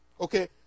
Okay